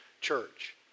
church